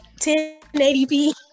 1080p